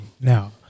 now